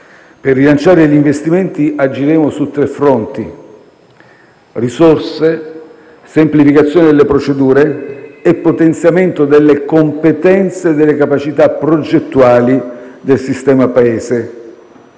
Per rilanciare gli investimenti agiremo su tre fronti: risorse, semplificazione delle procedure e potenziamento delle competenze e delle capacità progettuali del sistema Paese.